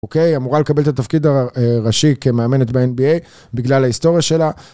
אוקיי, היא אמורה לקבל את התפקיד הראשי כמאמנת ב-NBA בגלל ההיסטוריה שלה